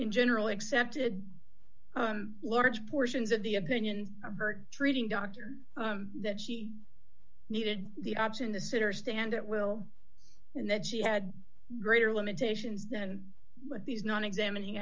n generally accepted large portions of the opinion i heard treating doctor that she needed the option to sit or stand at will and that she had greater limitations then but these not examining